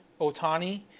Otani